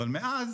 אבל מאז